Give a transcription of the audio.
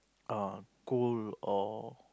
uh goal or